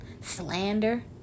slander